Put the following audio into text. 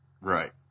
Right